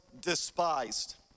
despised